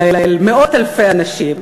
אלא אל מאות-אלפי אנשים,